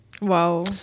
Wow